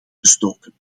gestoken